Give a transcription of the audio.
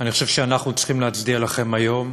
אני חושב שאנחנו צריכים להצדיע לכם היום,